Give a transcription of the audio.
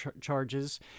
charges